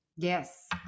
Yes